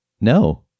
No